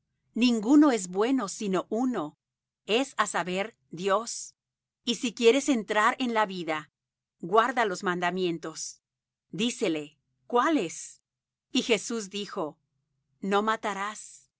ninguno es bueno sino uno es á saber dios y si quieres entrar en la vida guarda los mandamientos dícele cuáles y jesús dijo no mataras